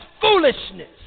foolishness